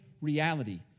reality